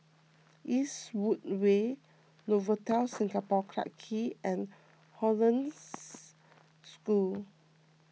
Eastwood Way Novotel Singapore Clarke Quay and Hollandse School